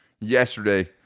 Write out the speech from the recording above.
yesterday